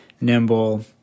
nimble